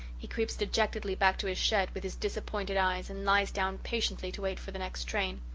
he creeps dejectedly back to his shed, with his disappointed eyes, and lies down patiently to wait for the next train.